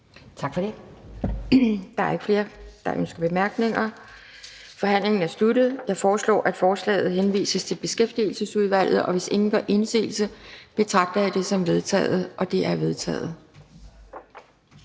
Tak for det, og heller ikke til ministeren er der nogen bemærkninger. Så forhandlingen er sluttet. Jeg foreslår, at lovforslaget henvises til Erhvervsudvalget. Hvis ingen gør indsigelse, betragter jeg det som vedtaget. Det er vedtaget.